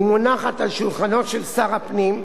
ומונחת על שולחנו של שר הפנים,